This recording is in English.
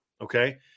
Okay